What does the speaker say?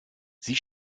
sie